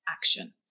action